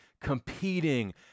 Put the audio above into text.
competing